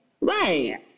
Right